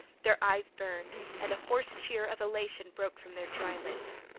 their eyes burned and a hoarse cheer of elation broke from their dry lips.